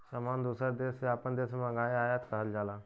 सामान दूसर देस से आपन देश मे मंगाए के आयात कहल जाला